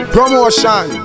Promotion